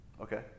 okay